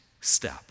step